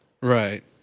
Right